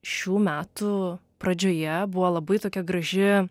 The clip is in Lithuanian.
šių metų pradžioje buvo labai tokia graži